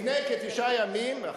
לפני תשעה ימים היה